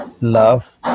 love